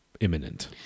imminent